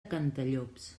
cantallops